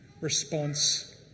response